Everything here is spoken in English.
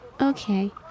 Okay